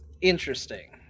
interesting